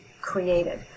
created